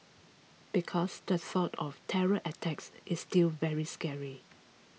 because the thought of terror attacks is still very scary